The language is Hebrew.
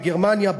בגרמניה,